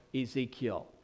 Ezekiel